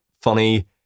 funny